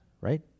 right